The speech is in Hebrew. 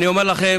אני אומר לכם,